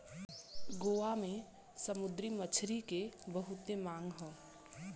गोवा के समुंदरी मछरी के बहुते मांग हौ